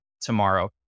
tomorrow